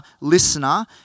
listener